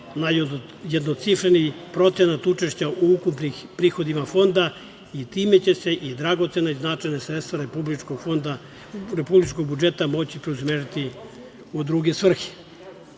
na jednocifreni procenat učešća u ukupnim prihodima fonda i time će se dragocena i značajna sredstva republičkog budžeta moći preusmeriti u druge